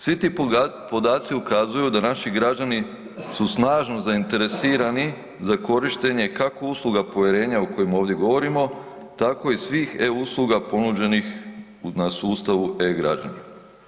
Svi ti podaci ukazuju da naši građani su snažno zainteresirani za korištenje kako usluga povjerenja o kojem ovdje govorimo tako i svih usluga ponuđenih na sustavu e-Građani.